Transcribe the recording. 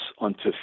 unto